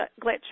glitch